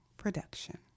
Production